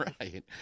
Right